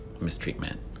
mistreatment